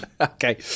Okay